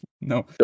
No